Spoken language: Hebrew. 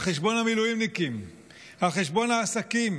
על חשבון המילואימניקים, על חשבון העסקים,